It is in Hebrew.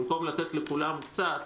במקום לתת לכולם קצת.